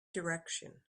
direction